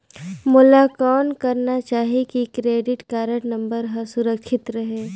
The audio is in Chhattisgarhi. मोला कौन करना चाही की क्रेडिट कारड नम्बर हर सुरक्षित रहे?